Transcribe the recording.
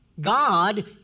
God